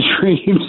dreams